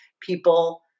People